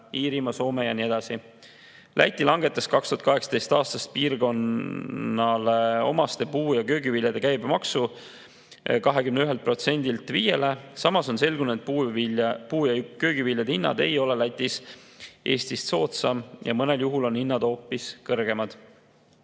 Iirimaa, Soome ja nii edasi. Läti langetas 2018. aastal piirkonnale omaste puu- ja köögiviljade käibemaksu 21%-lt 5%-le. Samas on selgunud, et puu- ja köögiviljade hind ei ole võrreldes Eestiga Lätis soodsam ja mõnel juhul on hinnad hoopis kõrgemad.